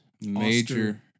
major